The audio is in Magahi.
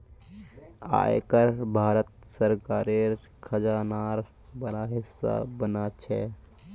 आय कर भारत सरकारेर खजानार बड़ा हिस्सा बना छे